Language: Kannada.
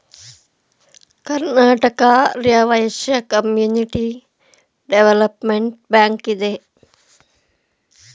Karnataka Arya Vaishya community development bank ಇದೆ